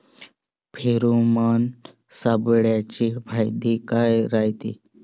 Pheromone सापळ्याचे फायदे काय रायते?